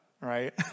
right